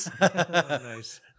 Nice